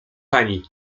pani